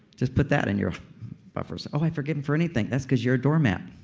just put that in your buffers. oh, i forgive him for anything. that's because you're a doormat